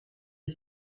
est